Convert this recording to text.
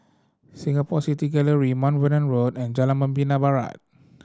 Singapore City Gallery Mount Vernon Road and Jalan Membina Barat